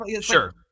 sure